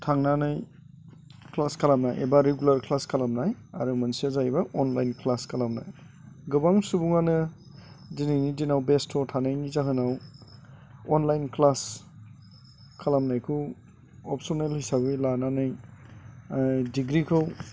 थांनानै क्लास खालामनाय एबा रेगुलार क्लास खालामनाय आरो मोनसेया जाहैबाय अनलाइन क्लास खालामनाय गोबां सुबुङानो दिनैनि दिनाव बेस्थ' थानायनि जाहोनाव अनलाइन क्लास खालामनायखौ अपसनेल हिसाबै लानानै डिग्रिखौ